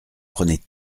prenait